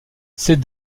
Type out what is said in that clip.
c’est